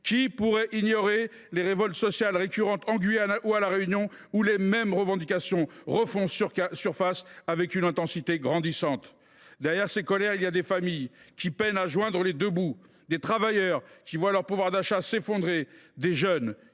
Qui pourrait ignorer les révoltes sociales récurrentes en Guyane ou à La Réunion, où les mêmes revendications refont surface avec une intensité grandissante ? Derrière ces colères, il y a des familles qui peinent à joindre les deux bouts, des travailleurs qui voient leur pouvoir d’achat s’effondrer, des jeunes